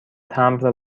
تمبر